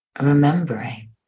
remembering